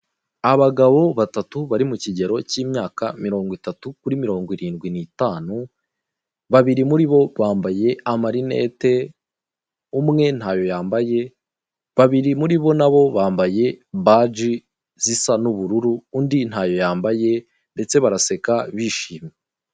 Abagabo batatu bari mu kigero cy'imyaka mirongo itatu kuri mirongo irindwi n'itanu babiri muri bo bambaye amarinete umwe ntayo yambaye, babiri muri bo nabo bambaye baji zisa n'ubururu undi ntayo yambaye ndetse baraseka bishimye.